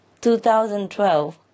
2012